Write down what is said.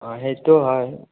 অঁ সেইটো হয়